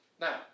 now